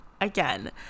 again